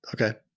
Okay